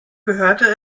gehörte